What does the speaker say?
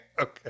Okay